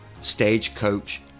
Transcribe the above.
Stagecoach